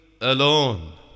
alone